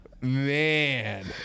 Man